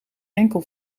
enkel